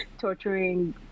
torturing